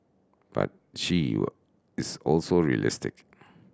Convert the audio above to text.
but she your is also realistic